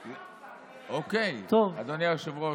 אוקיי, אדוני היושב-ראש.